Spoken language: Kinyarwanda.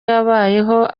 yabayeho